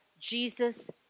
Jesus